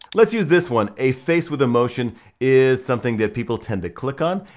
let's use this one, a face with emotion is something that people tend to click on,